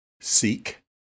seek